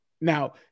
Now